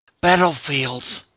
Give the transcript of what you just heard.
Battlefields